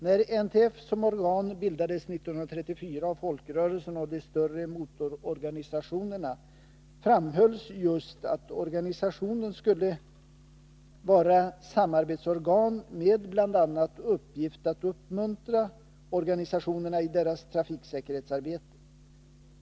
När NTF som organ bildades 1934 av folkrörelserna och de större motororganisationerna framhölls just att organisationen skulle vara samarbetsorgan med bl.a. uppgift att uppmuntra organisationerna i deras trafiksäkerhetsarbete.